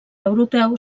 europeu